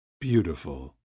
beautiful